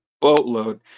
boatload